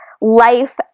life